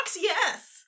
yes